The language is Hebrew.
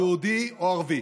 יהודי או ערבי.